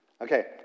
Okay